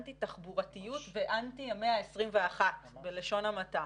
אנטי תחבורתיות ואנטי המאה ה-21 בלשון המעטה.